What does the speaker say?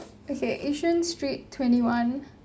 okay Yishun street twenty-one